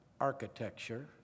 architecture